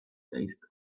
taste